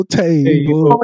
table